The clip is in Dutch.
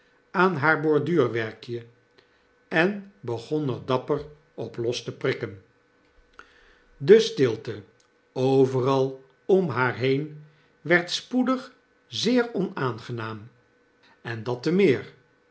aan haar borduurwerkje en begon er dapper op los te prikken de stilte overal om haar heen werd spoedig zeer onaangenaam en dat te meer